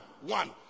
one